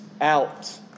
out